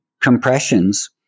compressions